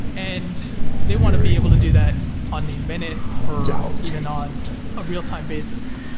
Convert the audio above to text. and they want to be able to do that on the minute, or even on a real-time basis.